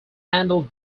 handle